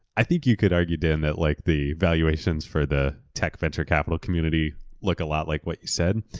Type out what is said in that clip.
i think you could argue then that like the valuations for the tech venture capital community look a lot like what you said,